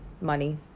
money